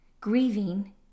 Grieving